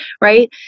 right